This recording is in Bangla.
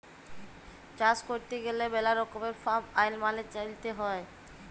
চাষ ক্যইরতে গ্যালে ম্যালা রকমের ফার্ম আইল মালে চ্যইলতে হ্যয়